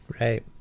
Right